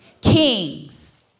Kings